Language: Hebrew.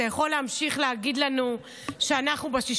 אתה יכול להמשיך להגיד לנו שאנחנו ב-6